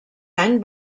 any